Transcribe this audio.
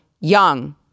Young